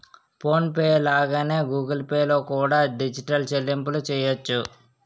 phone pay లాగానే Google Pay లో కూడా డిజిటల్ చెల్లింపులు చెయ్యొచ్చు